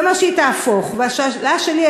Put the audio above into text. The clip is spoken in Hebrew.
לזה היא תהפוך.